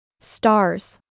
Stars